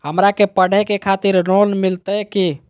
हमरा के पढ़े के खातिर लोन मिलते की?